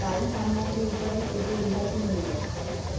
ସ୍ଥାୟୀ ସାମଗ୍ରୀ ଉପରେ କେବେ ରିହାତି ମିଳିବ